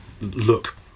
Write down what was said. look